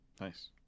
Nice